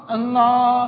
Allah